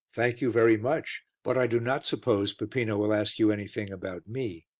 thank you very much, but i do not suppose peppino will ask you anything about me.